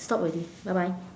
stop already bye bye